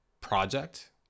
project